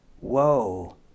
Whoa